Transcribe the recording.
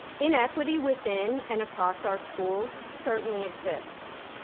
inequity within and across our schools certainly exists.